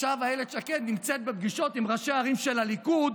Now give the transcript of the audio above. עכשיו אילת שקד נמצאת בפגישות עם ראשי ערים של הליכוד.